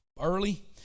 early